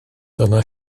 dyna